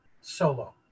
solo